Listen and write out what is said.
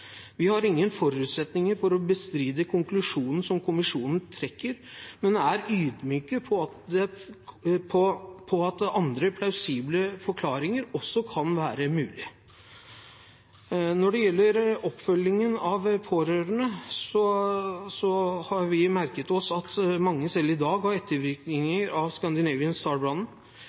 Vi har ingen forutsetninger for å bestride konklusjonen som kommisjonen trekker, men er ydmyke for at andre plausible forklaringer også kan være mulig. Når det gjelder oppfølgingen av pårørende, har vi merket oss at mange selv i dag har ettervirkninger av